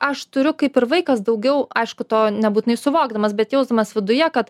aš turiu kaip ir vaikas daugiau aišku to nebūtinai suvokdamas bet jausdamas viduje kad